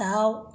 दाउ